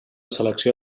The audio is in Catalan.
selecció